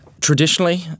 Traditionally